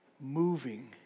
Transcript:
moving